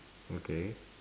okay